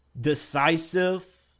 decisive